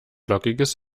lockiges